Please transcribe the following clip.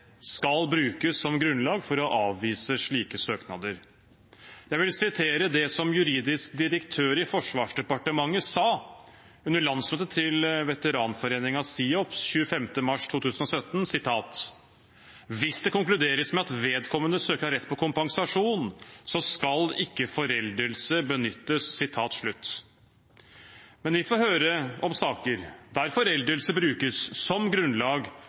skal brukes som grunnlag for å avvise slike søknader. Jeg vil vise til at juridisk direktør i Forsvarsdepartementet under landsmøtet til veteranforeningen SIOPS 25. mars 2017 sa at hvis det konkluderes med at vedkommende søker har rett på kompensasjon, skal ikke foreldelse benyttes. Vi får høre om saker der foreldelse brukes som grunnlag